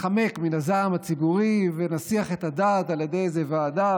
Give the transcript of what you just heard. להתחמק מן הזעם הציבורי ונסיח את הדעת על ידי איזה ועדה,